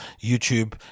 youtube